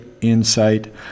insight